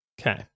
Okay